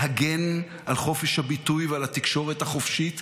להגן על חופש הביטוי ועל התקשורת החופשית,